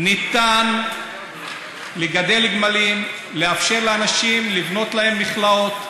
ניתן לגדל גמלים, לאפשר לאנשים לבנות להם מכלאות,